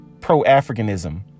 pro-Africanism